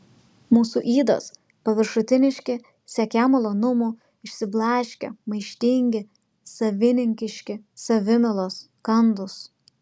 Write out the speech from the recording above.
mūsų ydos paviršutiniški siekią malonumų išsiblaškę maištingi savininkiški savimylos kandūs